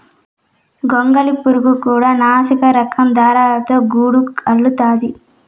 గొంగళి పురుగు కూడా నాసిరకం దారాలతో గూడు అల్లుతాది